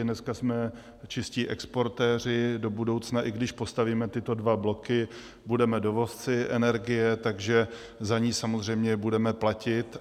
Dneska jsme čistí exportéři, do budoucna, i když postavíme tyto dva bloky, budeme dovozci energie, takže za ni samozřejmě budeme platit.